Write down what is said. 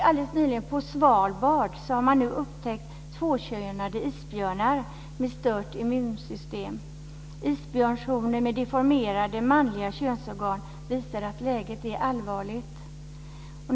Alldeles nyligen upptäcktes på Svalbard tvåkönade isbjörnar med stört immunsystem. Isbjörnshonor med deformerade manliga könsorgan visar att läget är allvarligt.